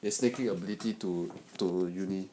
the sneaky ability to to university